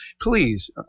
please